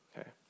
okay